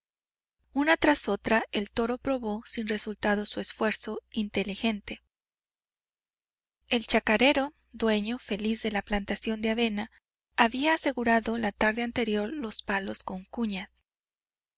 una tras otra el toro probó sin resultado su esfuerzo inteligente el chacarero dueño feliz de la plantación de avena había asegurado la tarde anterior los palos